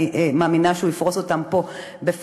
אני מאמינה שהוא יפרוס אותן פה בפנינו.